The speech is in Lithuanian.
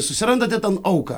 susirandate ten auką